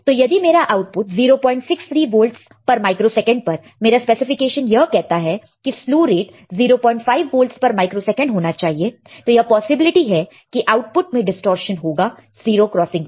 तो यदि मेरा आउटपुट 063 वोल्टस पर माइक्रो सेकंड पर मेरा स्पेसिफिकेशन यह कहता है कि स्लु रेट 05 वोल्टस पर माइक्रो सेकंड होना चाहिए तो यह पॉसिबिलिटी है कि आउटपुट में डिस्टॉर्शन होगा जीरो क्रॉसिंग पर